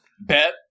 bet